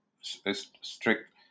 strict